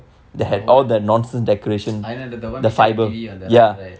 the one I know the the one beside the T_V on the right right